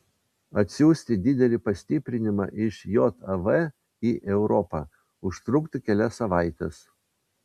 atsiųsti didelį pastiprinimą iš jav į europą užtruktų kelias savaites